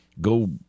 go